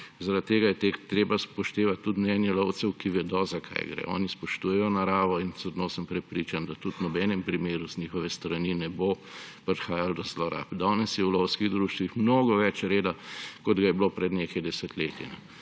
Zaradi tega je treba upoštevati tudi mnenje lovcev, ki vedo, za kaj gre. Oni spoštujejo naravo in trdno sem prepričan, da tudi v nobenem primeru z njihove strani ne bo prihajalo do zlorab. Danes je v lovskih društvih mnogo več reda, kot ga je bilo pred nekaj desetletji.